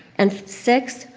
and six,